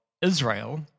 Israel